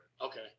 Okay